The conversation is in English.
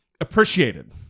appreciated